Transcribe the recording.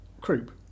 croup